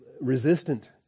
resistant